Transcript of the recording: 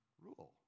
rule